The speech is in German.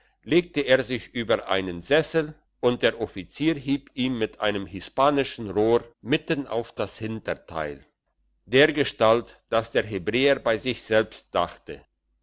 legte er sich über einen sessel und der offizier hieb ihm mit einem hispanischen rohr mitten auf das hinterteil dergestalt dass der hebräer bei sich selbst dachte